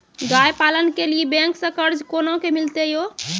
गाय पालन के लिए बैंक से कर्ज कोना के मिलते यो?